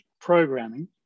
programming